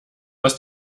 aus